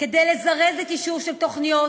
כדי לזרז את אישורן של תוכניות,